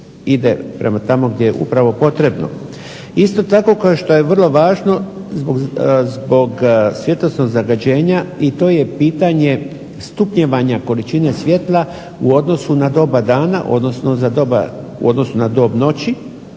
ide prema tamo gdje je upravo potrebno. Isto tako kao što je vrlo važno zbog svjetlosnog zagađenja i to je pitanje stupnjevanja količine svjetla u odnosu na doba dana u odnosu na noć